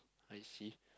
I see